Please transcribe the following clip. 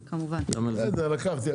בסדר לקחתי,